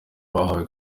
bahawe